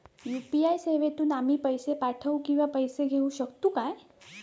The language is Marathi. यू.पी.आय सेवेतून आम्ही पैसे पाठव किंवा पैसे घेऊ शकतू काय?